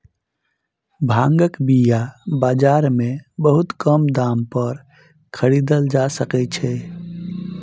भांगक बीया बाजार में बहुत कम दाम पर खरीदल जा सकै छै